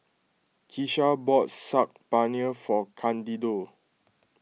Kesha bought Saag Paneer for Candido